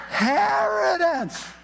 inheritance